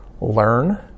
learn